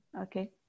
Okay